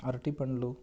అరటి పండ్లు